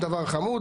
דבר חמוד,